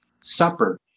supper